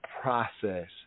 process